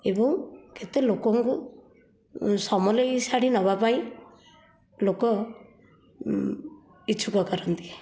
ଏବଂ କେତେ ଲୋକଙ୍କୁ ସମଲେଇ ଶାଢ଼ୀ ନେବା ପାଇଁ ଲୋକ ଇଚ୍ଛୁକ କରନ୍ତି